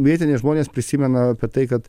vietiniai žmonės prisimena apie tai kad